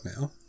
now